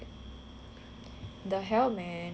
the hell man